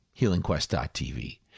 HealingQuest.tv